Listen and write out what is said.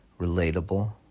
relatable